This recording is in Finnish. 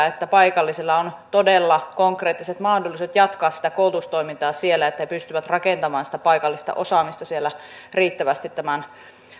että paikallisilla on todella konkreettiset mahdollisuudet jatkaa sitä koulutustoimintaa siellä että he pystyvät rakentamaan sitä paikallista osaamista siellä riittävästi tämän